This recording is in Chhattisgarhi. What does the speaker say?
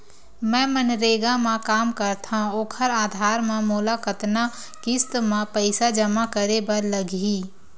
मैं मनरेगा म काम करथव, ओखर आधार म मोला कतना किस्त म पईसा जमा करे बर लगही?